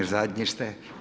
Zadnji ste.